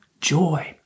joy